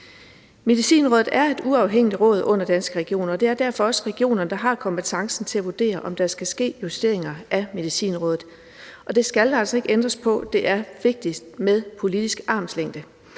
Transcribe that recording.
Medicinrådet er et uafhængigt råd under Danske Regioner, og det er derfor også regionerne, der har kompetencen til at vurdere, om der skal ske justeringer af Medicinrådet, og det skal der altså ikke ændres på, for det er vigtigt med politisk armslængde.